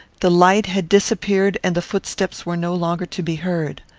the light had disappeared and the footsteps were no longer to be heard.